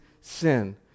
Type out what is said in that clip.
sin